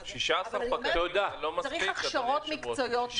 צריך הכשרות מקצועיות.